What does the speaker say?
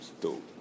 dope